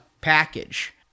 package